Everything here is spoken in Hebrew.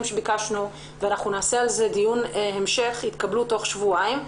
שביקשנו ואנחנו נעשה על זה דיון המשך תוך שבועיים.